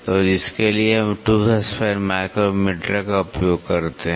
तो जिसके लिए हम टूथ स्पैन माइक्रोमीटर का उपयोग करते हैं